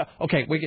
okay